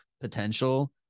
potential